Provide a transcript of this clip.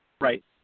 Right